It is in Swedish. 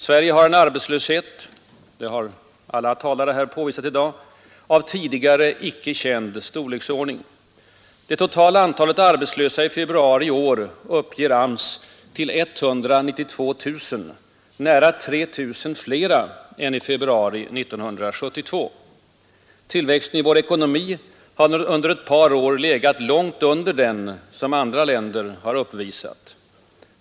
Sverige har en arbetslöshet — det har alla talare här påvisat i dag — av tidigare icke känd storleksordning. Det totala antalet arbetslösa i februari i år uppger AMS till 192 000, nära 3 000 flera än i februari 1972. Tillväxten i vår ekonomi har under ett par år legat långt under den som andra länder uppvisat.